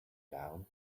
down